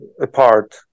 apart